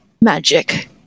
magic